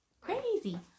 crazy